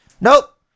Nope